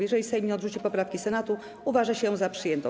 Jeżeli Sejm nie odrzuci poprawki Senatu, uważa się ją za przyjętą.